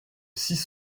six